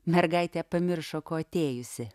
mergaitė pamiršo ko atėjusi